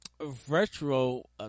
Virtual